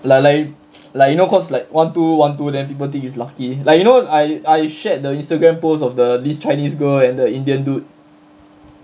like like like you know cause like one two one two then people think it's lucky like you know I I shared the Instagram post of the this chinese girl and the indian dude